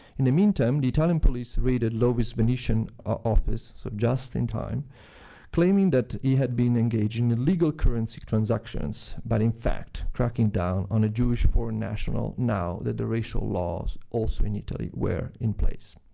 in the meantime, the italian police raided loewi's venetian office so just in time claiming that he had been engaging in illegal currency transactions. but, in fact, cracking down on a jewish foreign national now that the racial laws, also in italy, were in place.